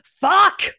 fuck